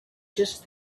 just